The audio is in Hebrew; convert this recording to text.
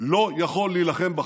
לא יכול להילחם בחמאס.